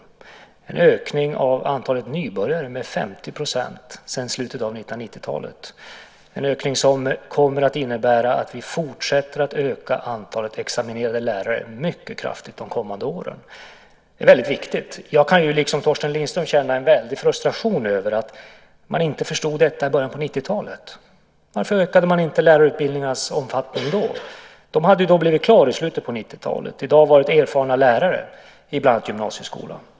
Det är en ökning av antalet nybörjare med 50 % sedan slutet av 1990-talet. Det är en ökning som kommer att innebära att vi fortsätter att öka antalet examinerade lärare mycket kraftigt de kommande åren. Det är viktigt. Jag kan, liksom Torsten Lindström, känna en väldig frustration över att man inte förstod detta i början av 1990-talet. Varför ökade man inte lärarutbildningarnas omfattning då? De hade då blivit klara till slutet av 1990-talet och i dag varit erfarna lärare i bland annat gymnasieskolan.